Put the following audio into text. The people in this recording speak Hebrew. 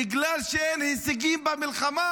בגלל שאין הישגים במלחמה,